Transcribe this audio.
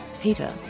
Peter